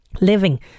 Living